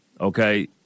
okay